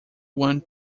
want